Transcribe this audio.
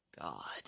God